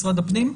משרד הפנים.